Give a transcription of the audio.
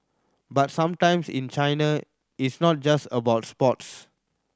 but sometimes in China it's not just about sports